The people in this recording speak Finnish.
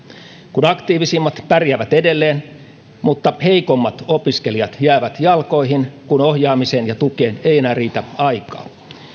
kun aktiivisimmat pärjäävät edelleen ja heikommat opiskelijat jäävät jalkoihin kun ohjaamiseen ja tukeen ei riitä aikaa